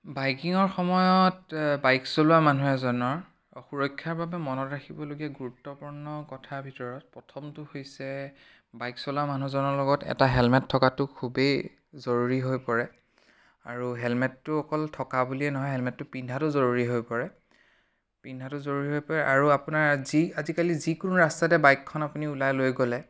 বাইকিঙৰ সময়ত বাইক চলোৱা মানুহ এজনৰ সুৰক্ষাৰ বাবে মনত ৰাখিবলগীয়া গুৰুত্বপূৰ্ণ কথাৰ ভিতৰত প্ৰথমটো হৈছে বাইক চলোৱা মানুহজনৰ লগত এটা হেলমেট থকাটো খুবেই জৰুৰী হৈ পৰে আৰু হেলমেটটো অকল থকাটো বুলিয়ে নহয় হেলমেটটো পিন্ধাটো জৰুৰী হৈ পৰে পিন্ধাটো জৰুৰী হৈ পৰে আৰু আপোনাৰ আজি আজিকালি যিকোনো ৰাস্তাতে বাইকখন আপুনি ওলাই লৈ গ'লে